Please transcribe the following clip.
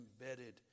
embedded